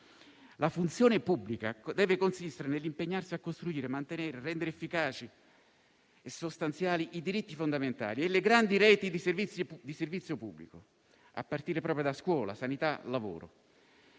La funzione pubblica deve consistere nell'impegnarsi a costruire, mantenere e rendere efficaci e sostanziali i diritti fondamentali e le grandi reti di servizio pubblico a partire proprio da scuola, sanità e lavoro.